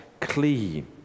clean